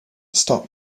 stop